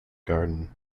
garden